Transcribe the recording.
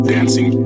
Dancing